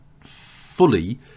fully